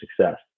success